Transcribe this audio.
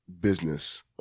business